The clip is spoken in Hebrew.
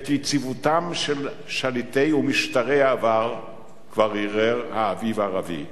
את יציבותם של שליטי ומשטרי העבר כבר ערער האביב הערבי,